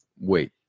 wait